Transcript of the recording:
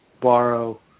borrow